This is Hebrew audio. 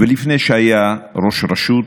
ולפני שהיה ראש רשות,